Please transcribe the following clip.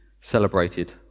celebrated